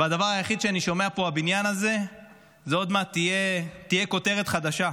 והדבר היחיד שאני שומע פה בבניין הזה זה שעוד מעט תהיה כותרת חדשה.